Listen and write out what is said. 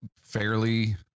fairly